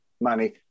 money